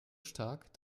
stark